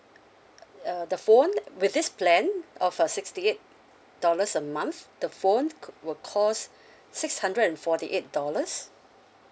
uh the phone with this plan of a sixty eight dollars a month the phone will cost six hundred and forty eight dollars